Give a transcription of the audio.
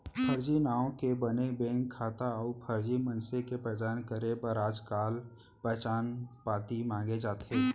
फरजी नांव के बने बेंक खाता अउ फरजी मनसे के पहचान करे बर आजकाल पहचान पाती मांगे जाथे